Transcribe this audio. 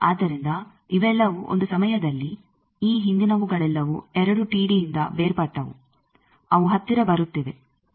ಆದ್ದರಿಂದ ಇವೆಲ್ಲವೂ ಒಂದು ಸಮಯದಲ್ಲಿ ಈ ಹಿಂದಿನವುಗಳೆಲ್ಲವೂ 2ಇಂದ ಬೇರ್ಪಟ್ಟವು ಅವು ಹತ್ತಿರ ಬರುತ್ತಿವೆ